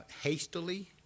hastily